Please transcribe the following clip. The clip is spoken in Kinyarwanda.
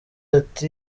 ati